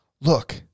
look